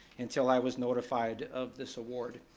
until i was notified of this award.